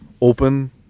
open